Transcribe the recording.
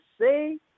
say